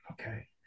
Okay